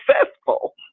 successful